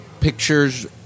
pictures